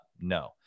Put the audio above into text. no